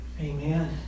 Amen